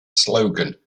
slogan